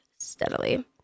steadily